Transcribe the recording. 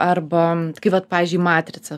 arba vat pavyzdžiui matrica